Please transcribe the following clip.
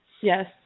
Yes